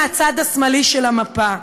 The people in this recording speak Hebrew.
מהצד השמאלי של המפה.